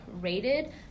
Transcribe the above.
rated